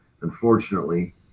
Unfortunately